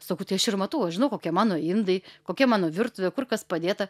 sakau tai aš ir matau aš žinau kokie mano indai kokia mano virtuvė kur kas padėta